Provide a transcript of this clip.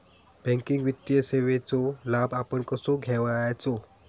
Banking वित्तीय सेवाचो लाभ आपण कसो घेयाचो?